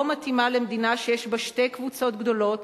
מתאימה למדינה שיש בה שתי קבוצות גדולות